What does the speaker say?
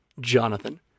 Jonathan